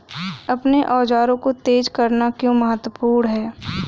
अपने औजारों को तेज करना क्यों महत्वपूर्ण है?